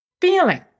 feeling